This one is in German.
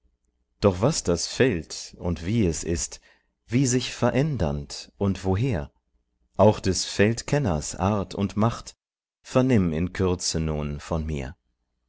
doch was das feld und wie es ist wie sich verändernd und woher auch des feldkenners art und macht vernimm in kürze nun von mir